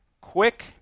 quick